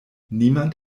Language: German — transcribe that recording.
niemand